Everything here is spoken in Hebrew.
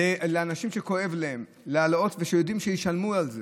להעלאות לאנשים שכואב להם, ויודע שישלמו על זה,